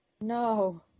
No